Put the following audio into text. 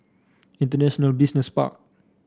International Business Park